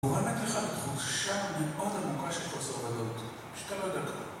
גורמת לך תחושה מאוד עמוקה של חוסר ודאות שאתה לא יודע כאן